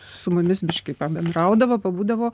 su mumis biškį pabendraudavo pabūdavo